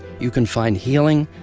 you can find healing,